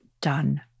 done